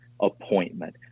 appointment